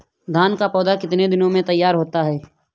धान का पौधा कितने दिनों में तैयार होता है?